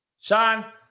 Sean